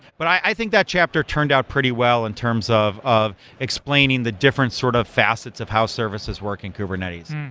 but i think that chapter turned out pretty well in terms of of explaining the different sort of facets of how services work in kubernetes.